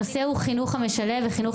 להלן תרגומם: הנושא הוא החינוך המשלב והחינוך